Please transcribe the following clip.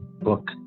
book